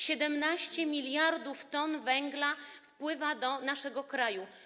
17 mld t węgla wpływa do naszego kraju.